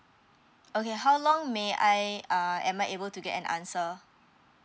okay how long may I uh am I able to get an answer